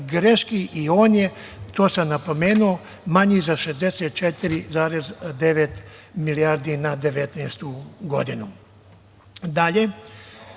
greški i on je, to sam napomenuo, manji za 64,9 milijardi na 2019. godinu. Dalje,